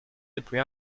depuis